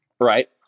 Right